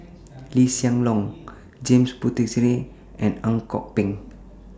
Lee Hsien Loong James Puthucheary and Ang Kok Peng